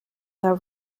der